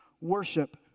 worship